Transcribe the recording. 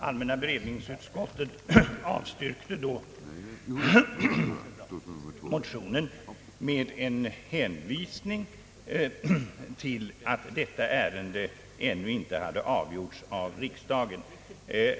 Allmänna beredningsutskottet avstyrkte då motionen med en hänvisning till att det ärende som behandlas i detta utlåtande nr 152 ännu inte hade avgjorts av riksdagen.